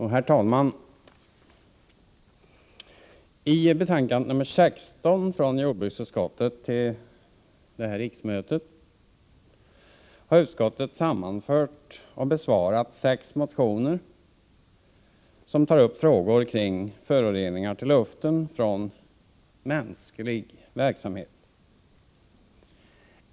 Herr talman! I betänkande nr 16 från jordbruksutskottet till detta riksmöte har utskottet sammanfört och besvarat sex motioner som tar upp frågor kring föroreningar till luften från mänsklig verksamhet.